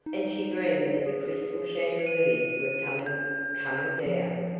and she dreamed that the crystal chandeliers were coming coming down,